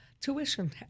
tuition